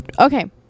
Okay